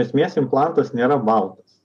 esmės implantas nėra baltas